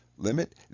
limit